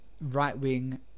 right-wing